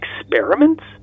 Experiments